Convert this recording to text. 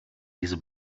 diese